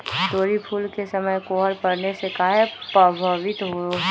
तोरी फुल के समय कोहर पड़ने से काहे पभवित होई छई?